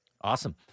Awesome